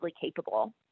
capable